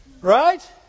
Right